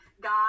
God